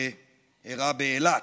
שאירע באילת.